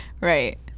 Right